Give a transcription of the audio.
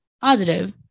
positive